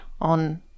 on